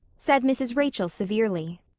said mrs. rachel severely.